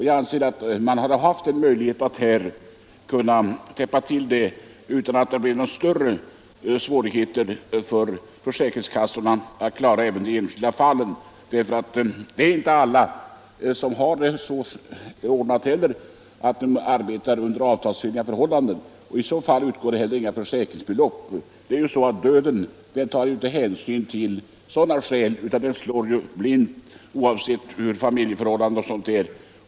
Jag anser att man hade haft möjlighet att täppa till detta hål utan att det hade blivit några större svårigheter för försäkringskassorna att klara även de enskilda fallen. Det är inte alla som har det så ordnat att de arbetar under avtalsenliga förhållanden. I så fall utgår det heller inga försäkringsbelopp. Men döden tar inte hänsyn till sådana skäl, utan den slår blint, oavsett familjeförhållanden och liknande.